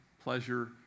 pleasure